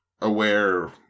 aware